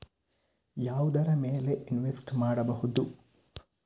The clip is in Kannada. ಯಾವುದರ ಮೇಲೆ ಇನ್ವೆಸ್ಟ್ ಮಾಡಬಹುದು?